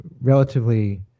Relatively